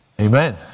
Amen